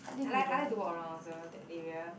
I like I like to walk around also that area